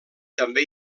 també